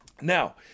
Now